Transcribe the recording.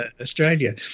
Australia